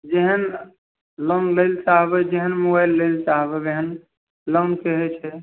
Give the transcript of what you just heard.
जेहन लोन लै ले चाहबै जेहन मोबाइल लै ले चाहबै ओहन लोनके होइ छै